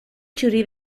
txuri